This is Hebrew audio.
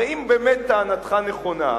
הרי אם באמת טענתך נכונה,